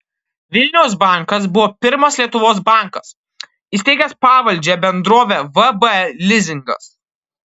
vilniaus bankas buvo pirmas lietuvos bankas įsteigęs pavaldžią bendrovę vb lizingas